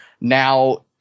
Now